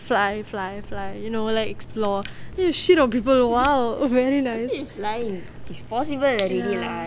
fly fly fly you know like explore then you shit on people !wow! very nice